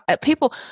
people